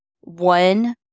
One